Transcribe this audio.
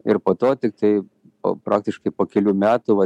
ir po to tiktai po praktiškai po kelių metų va